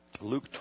Luke